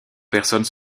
personnes